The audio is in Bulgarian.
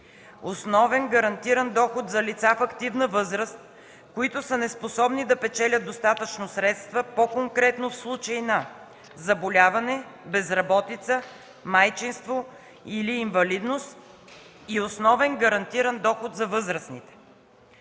основен гарантиран доход за лица в активна възраст, които са неспособни да печелят достатъчно средства, по-конкретно в случаи на заболяване, безработица, майчинство или инвалидност, и - основен гарантиран доход за възрастните.